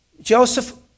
Joseph